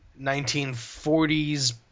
1940s